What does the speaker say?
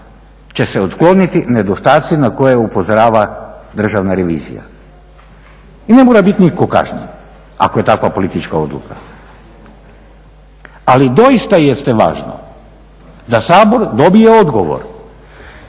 će se otkloniti nedostaci na koje upozorava državna revizija. I ne mora biti nitko kažnjen ako je takva politička odluka. Ali doista jeste važno da Sabor dobije odgovor